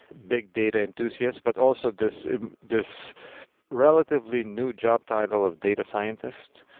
big data enthusiasts, but also this this relatively new job title of data scientist.